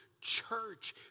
church